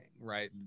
right